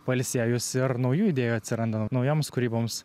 pailsėjus ir naujų idėjų atsiranda naujoms kūryboms